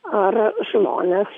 ar žmonės